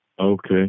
Okay